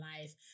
life